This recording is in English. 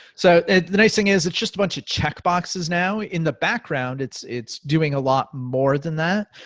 so the nice thing is it's just a bunch of checkboxes now in the background, it's it's doing a lot more than that.